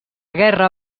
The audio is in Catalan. guerra